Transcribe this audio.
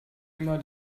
immer